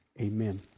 amen